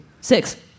Six